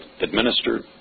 administered